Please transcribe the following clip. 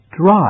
Dry